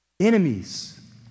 Enemies